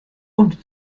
und